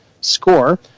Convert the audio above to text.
score